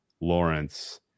Lawrence